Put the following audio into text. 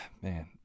man